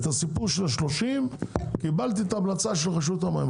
את הסיפור של ה-30 קיבלתי את ההמלצה של רשות המים.